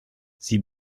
sie